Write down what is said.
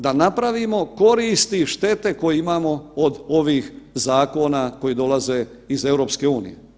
Da napravimo koristit i štete koju imamo od ovih zakona koji dolaze iz EU.